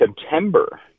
September